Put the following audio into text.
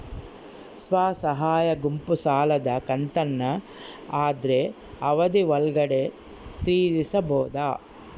ಸ್ವಸಹಾಯ ಗುಂಪು ಸಾಲದ ಕಂತನ್ನ ಆದ್ರ ಅವಧಿ ಒಳ್ಗಡೆ ತೇರಿಸಬೋದ?